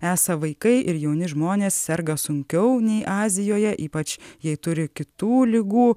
esą vaikai ir jauni žmonės serga sunkiau nei azijoje ypač jei turi kitų ligų